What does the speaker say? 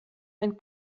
ein